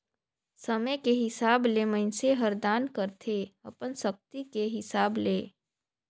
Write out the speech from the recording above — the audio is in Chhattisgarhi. समे के हिसाब ले मइनसे हर दान करथे अपन सक्ति के हिसाब ले